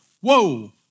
whoa